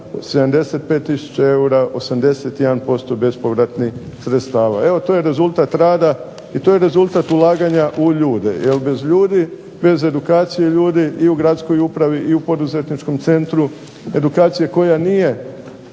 tisuća eura, 81% bespovratnih sredstava. Evo to je rezultat rada i to je rezultat ulaganja u ljude. Jer bez ljudi, bez edukacije ljudi i u Gradskoj upravi i u Poduzetničkom centru, edukacija koja nije